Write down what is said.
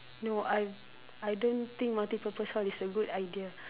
no I I don't think multi purpose hall is a good idea